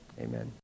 Amen